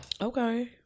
Okay